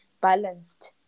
balanced